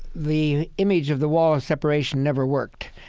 the image of the wall of separation never worked.